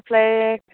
apply